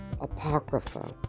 apocrypha